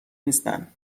نیستن